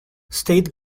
state